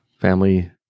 family